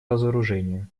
разоружению